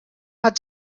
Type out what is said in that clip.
hat